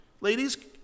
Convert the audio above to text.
Ladies